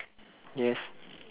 yes